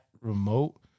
remote